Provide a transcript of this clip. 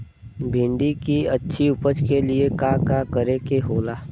भिंडी की अच्छी उपज के लिए का का करे के होला?